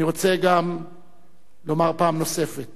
אני רוצה גם לומר פעם נוספת